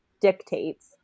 dictates